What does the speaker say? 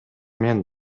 мен